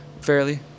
fairly